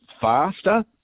faster